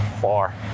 far